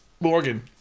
Morgan